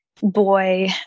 Boy